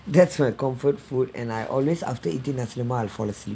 that's my comfort food and I always after eating nasi lemak I will fall asleep